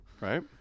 Right